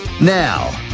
Now